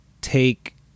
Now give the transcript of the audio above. take